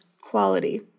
quality